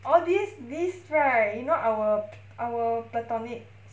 all these these right you know our our platonic